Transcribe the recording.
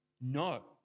No